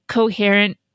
coherent